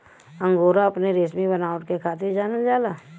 angora अपने रेसमी बनावट के खातिर जानल जाला